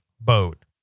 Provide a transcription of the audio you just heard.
boat